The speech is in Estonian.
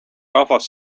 rahvast